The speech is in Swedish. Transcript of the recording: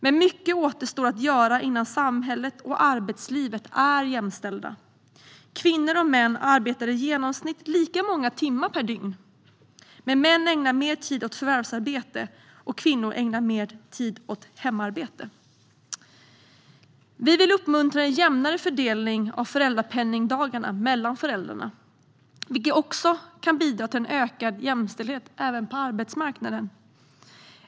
Men mycket återstår att göra innan samhället och arbetslivet är jämställda. Kvinnor och män arbetar i genomsnitt lika många timmar per dygn, men män ägnar mer tid åt förvärvsarbete medan kvinnor ägnar mer tid åt hemarbete. Vi vill uppmuntra en jämnare fördelning av föräldrapenningdagarna mellan föräldrarna, vilket även kan bidra till ökad jämställdhet på arbetsmarknaden.